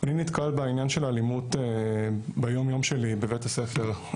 אני נתקל בעניין של האלימות ביום יום שלי בבית הספר.